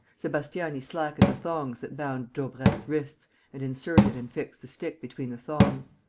sebastiani slackened the thongs that bound daubrecq's wrists and inserted and fixed the stick between the thongs.